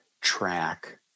track